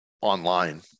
online